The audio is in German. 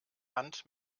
hand